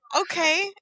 okay